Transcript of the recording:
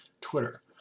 Twitter